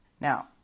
Now